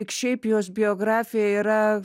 tik šiaip jos biografija yra